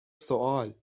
سوال